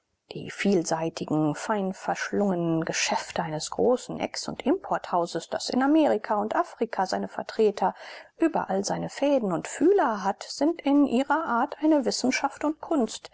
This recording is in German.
die vielseitigen fein verschlungenen geschäfte eines großen ex und importhauses das in amerika und afrika seine vertreter überall seine fäden und fühler hat sind in ihrer art eine wissenschaft und kunst